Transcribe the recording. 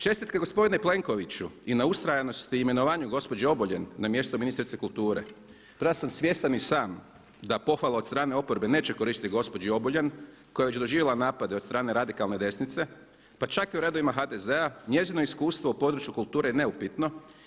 Čestitke gospodine Plenkoviću i na ustrajanosti i imenovanju gospođe Obuljen na mjesto ministrice kulture. … svjestan i sam da pohvala od strane oporbe neće koristi gospođi Obuljen koja je već doživjela napade od strane radikalne desnice pa čak i u redovima HDZ-a, njezino iskustvo u području kulture je neupitno.